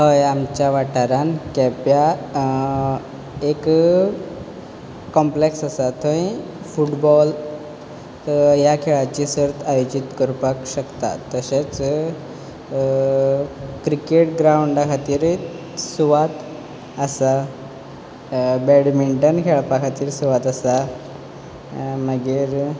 हय आमच्या वाठारांत केप्यां एक कोमप्लेक्स आसा थंय फुटबॉल ह्या खेळाची सर्त आयोजीत करपाक शकतात तशेंच क्रिकेट ग्रांवडा खातीरय सुवात आसा बेडमिंटन खेळपा खातीर सुवात आसा मागीर